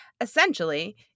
Essentially